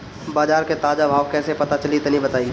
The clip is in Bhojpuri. बाजार के ताजा भाव कैसे पता चली तनी बताई?